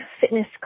fitness